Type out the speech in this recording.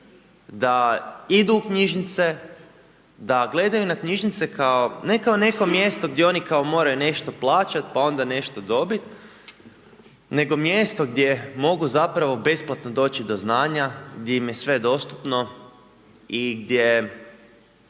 da idu u knjižnice, da gledaju na knjižnice kao, ne kao neko mjesto gdje oni kao moraju nešto plaćat pa onda nešto dobi, nego mjesto gdje mogu zapravo besplatno doći do znanja, gdje im je sve dostupno i gdje,